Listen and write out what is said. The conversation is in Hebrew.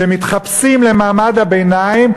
שמתחפשים למעמד הביניים,